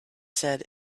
said